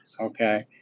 Okay